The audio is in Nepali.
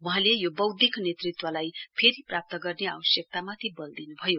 वहाँले यो बौध्यिक नेतृत्वलाई फेरि प्राप्त गर्ने आवश्यकतामाथि बल दिनुभयो